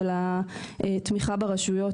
של התמיכה ברשויות,